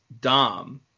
Dom